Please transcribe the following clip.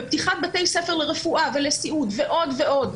בפתיחת בתי ספר לרפואה ולסיעוד ועוד ועוד.